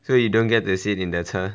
so you don't get to sit in the 车